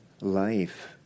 life